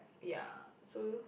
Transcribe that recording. ya so